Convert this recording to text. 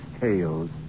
tales